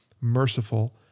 merciful